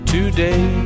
Today